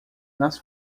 nas